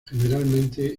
generalmente